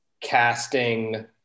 casting